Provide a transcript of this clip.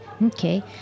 Okay